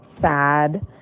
sad